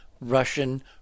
russian